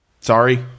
Sorry